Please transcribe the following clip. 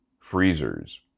freezers